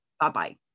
Bye-bye